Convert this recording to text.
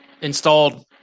installed